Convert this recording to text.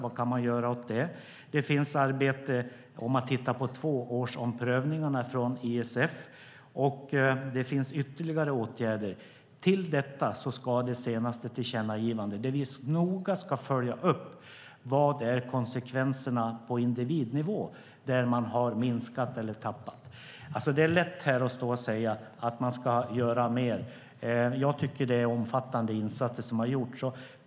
Vad kan man göra åt det? Det finns ett arbete från ISF med att titta på tvåårsomprövningarna, och det finns ytterligare åtgärder. Till detta ska läggas det senaste tillkännagivandet om att vi noga ska följa upp vad konsekvenserna är på individnivå där man har minskat eller tappat. Det är lätt att stå här och säga att man ska göra mer. Jag tycker att det är omfattande insatser som har gjorts.